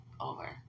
Over